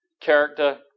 character